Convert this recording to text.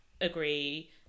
agree